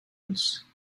else